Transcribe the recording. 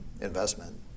investment